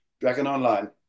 Dragononline